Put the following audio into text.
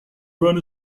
run